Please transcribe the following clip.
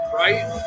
right